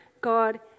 God